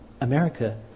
America